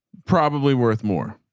probably worth more.